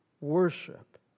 worship